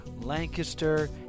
Lancaster